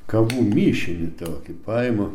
kavų mišinį tokį paimu